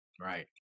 Right